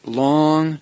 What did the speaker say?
long